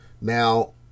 Now